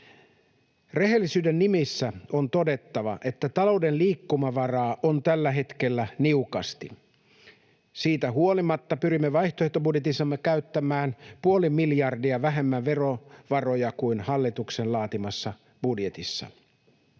Rehellisyyden nimissä on todettava, että talouden liikkumavaraa on tällä hetkellä niukasti. Siitä huolimatta pyrimme vaihtoehtobudjetissamme käyttämään puoli miljardia vähemmän verovaroja kuin hallituksen laatimassa budjetissa.